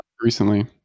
recently